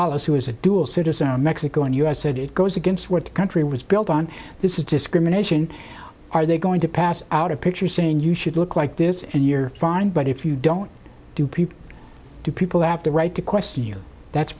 dollars who is a dual citizen of mexico and u s and it goes against what the country was built on this is discrimination are they going to pass out a picture saying you should look like this and you're fine but if you don't do to people at the right to question you that's